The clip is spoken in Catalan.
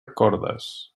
cordes